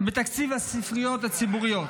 בתקציב הספריות הציבוריות.